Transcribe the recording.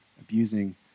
abusing